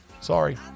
Sorry